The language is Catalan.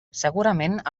segurament